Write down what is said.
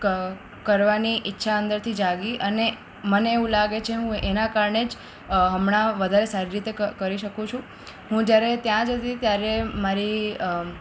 ક કરવાની ઈચ્છા અંદરથી જાગી અને મને એવું લાગે છે હું એના કારણે જ હમણાં વધારે સારી રીતે ક કરી શકું છું હું જ્યારે ત્યાં જતી હતી ત્યારે મારી